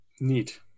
Neat